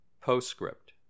Postscript